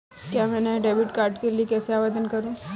मैं नए debit card के लिए कैसे आवेदन करूं?